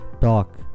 talk